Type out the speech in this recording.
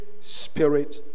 Spirit